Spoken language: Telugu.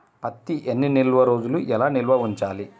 పత్తి ఎన్ని రోజులు ఎలా నిల్వ ఉంచాలి?